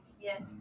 Yes